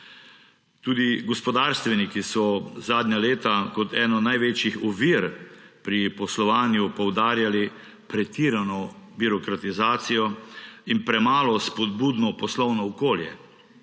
Tudi gospodarstveniki so zadnja leta kot eno največjih ovir pri poslovanju poudarjali pretirano birokratizacijo in premalo spodbudno poslovno okolje,